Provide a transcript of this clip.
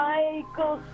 Michael